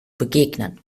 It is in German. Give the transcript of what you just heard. begegnen